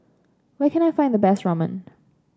where can I find the best Ramen